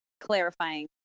clarifying